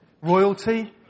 Royalty